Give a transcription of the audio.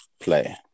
play